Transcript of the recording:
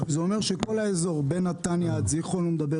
זה אומר שכל האזור בין נתניה לזיכרון הוא מדבר